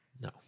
No